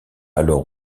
alors